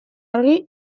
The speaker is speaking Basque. argi